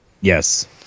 Yes